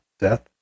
Death